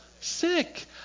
sick